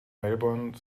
melbourne